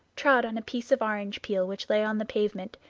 trod on a piece of orange peel which lay on the pavement,